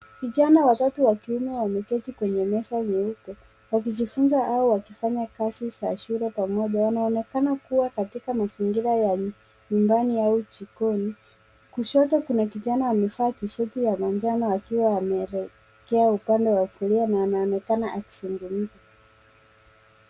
Vijana watatu wa kiume wameketi kwenye meza nyeupe wakijifunza au wakifanya kazi za shule pamoja. Wanaonekana kuwa katika mazingira ya nyumbani au jikoni. Kushoto kuna kijana amevaa tisheti ya manjano akiwa ameelekea upande wa kulia na anaonekana akizungumza.